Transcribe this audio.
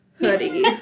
hoodie